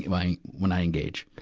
when i, when i engage.